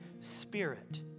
Spirit